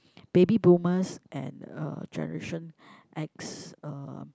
baby boomers and uh generation X uh